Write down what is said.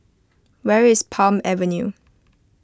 where is Palm Avenue